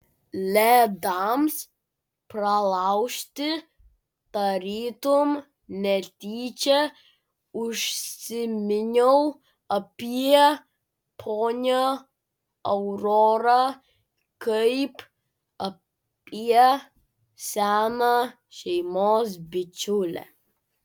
ledams pralaužti tarytum netyčia užsiminiau apie ponią aurorą kaip apie seną šeimos bičiulę